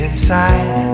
Inside